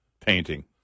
painting